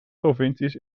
provincies